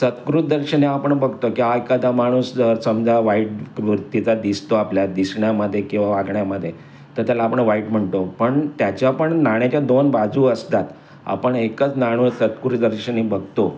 सकृत दर्शनी आपण बघतो किंवा एखादा माणूस जर समजा वाईट वृत्तीचा दिसतो आपल्या दिसण्यामध्ये किंवा वागण्यामध्ये तर त्याला आपण वाईट म्हणतो पण त्याच्या पण नाण्याच्या दोन बाजू असतात आपण एकच नाणं सकृत दर्शनी बघतो